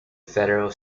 federal